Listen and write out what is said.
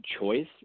choice